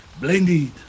Blended